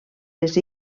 les